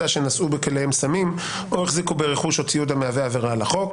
שנשאו בכליהם סמים או החזיקו ברכוש או ציוד המהווה עבירה על החוק.